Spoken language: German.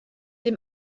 dem